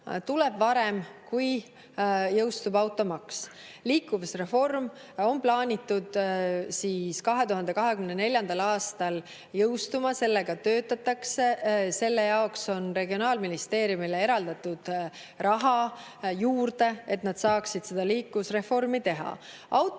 tuleb varem, kui jõustub automaks. Liikuvusreform on plaanitud 2024. aastal jõustuma, sellega töötatakse. Selle jaoks on regionaalministeeriumile eraldatud raha juurde, et nad saaksid liikuvusreformi teha.